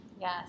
yes